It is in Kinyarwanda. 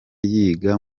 yiga